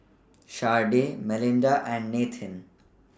Sharde Melinda and Nathen